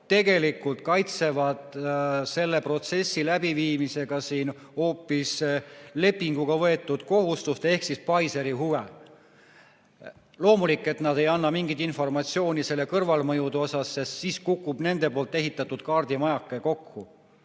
tegelikult kaitsevad selle protsessi läbiviimisega siin hoopis lepinguga võetud kohustust ehk Pfizeri huve. Loomulikult nad ei anna mingit informatsiooni selle [vaktsiini] kõrvalmõjude kohta, sest siis kukub nende ehitatud kaardimajake kokku.